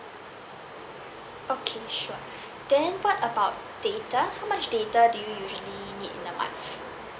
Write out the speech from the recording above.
okay sure then what about data how much data do you usually need in a month